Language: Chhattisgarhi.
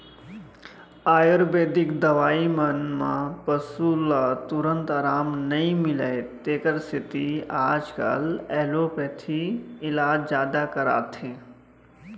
आयुरबेदिक दवई मन म पसु ल तुरते अराम नई मिलय तेकर सेती आजकाल एलोपैथी इलाज जादा कराथें